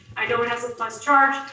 i know it has a plus charge,